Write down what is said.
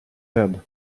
head